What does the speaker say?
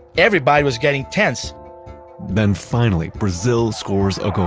everybody was getting tense then finally, brazil scores a goal